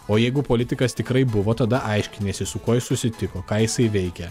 o jeigu politikas tikrai buvo tada aiškiniesi su kuo jis susitiko ką jisai veikia